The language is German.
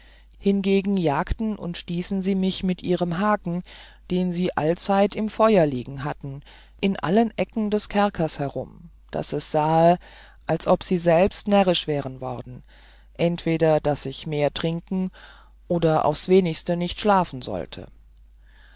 hingegen jagten und stießen sie mich mit ihrem haken den sie allzeit im feur liegen hatten in allen ecken des kellers herum daß es sahe als ob sie selbst närrisch wären worden entweder daß ich mehr trinken oder aufs wenigste nicht schlafen sollte